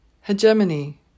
hegemony